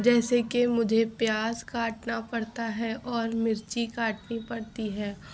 جیسے کہ مجھے پیاز کاٹنا پڑتا ہے اور مرچی کاٹنی پڑتی ہے